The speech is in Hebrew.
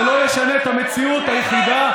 זה לא ישנה את המציאות היחידה,